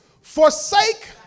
forsake